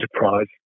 enterprise